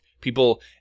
People